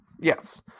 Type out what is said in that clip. Yes